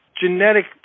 genetic